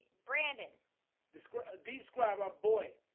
brandon described deep scribe our boy.